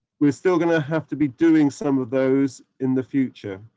we're still gonna have to be doing some of those in the future.